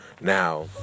Now